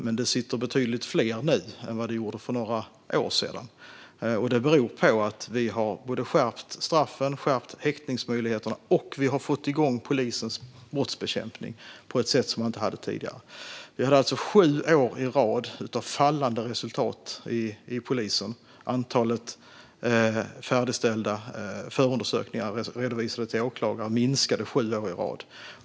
Men det sitter betydligt fler där nu än det gjorde för några år sedan. Det beror på att vi både har skärpt straffen och häktningsmöjligheterna och fått igång polisens brottsbekämpning på ett sätt som inte skedde tidigare. Vi hade sju år i rad av fallande resultat i polisen. Antalet färdigställda förundersökningar redovisade till åklagare minskade sju år i rad.